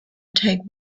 take